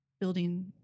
building